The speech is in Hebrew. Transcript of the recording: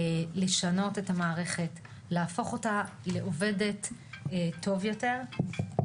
לשנות את המערכת, להפוך אותה לעובדת טוב יותר.